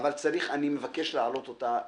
אבל אני מבקש להעלות אותה